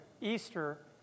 Easter